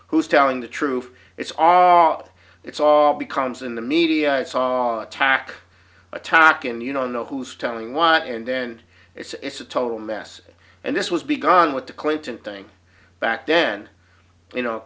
who's telling the truth it's all up it's all becomes in the media it's all attack attack and you know know who's telling want and then it's a total mess and this was begun with the clinton thing back then you know